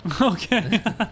Okay